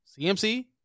CMC